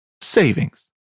savings